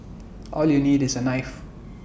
all you need is A knife